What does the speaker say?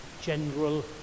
General